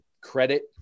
credit